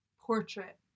portrait